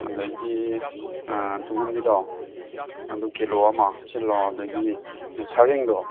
ꯑꯗꯒꯤ ꯇꯨꯡꯍꯟꯕꯤꯗꯣ ꯑꯗꯨ ꯀꯤꯂꯣ ꯑꯃ ꯍꯥꯞꯆꯜꯂꯣ ꯑꯗꯒꯤ ꯁꯔꯦꯡꯗꯣ